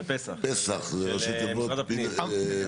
פס"ח פינוי וחללים.